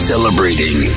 Celebrating